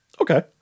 okay